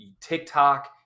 TikTok